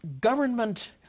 government